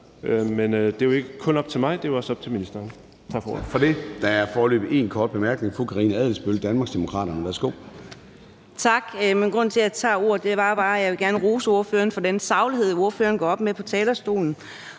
Men det er jo ikke kun op til mig; det er jo også op til ministeren.